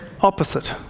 opposite